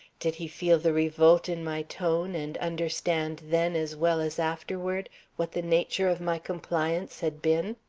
did he feel the revolt in my tone and understand then as well as afterward what the nature of my compliance had been?